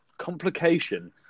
complication